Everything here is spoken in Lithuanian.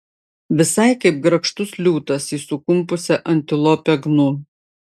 visai kaip grakštus liūtas į sukumpusią antilopę gnu